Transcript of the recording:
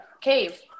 cave